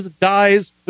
dies